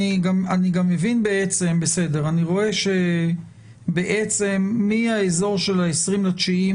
אני רואה שמהאזור של ה-20.9,